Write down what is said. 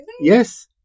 Yes